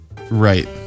Right